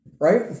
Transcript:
right